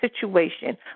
situation